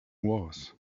was